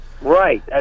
Right